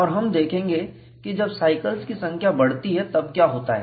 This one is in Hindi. और हम देखेंगे कि जब साइकिल्स की संख्या बढ़ती है तब क्या होता है